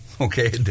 Okay